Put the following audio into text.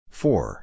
four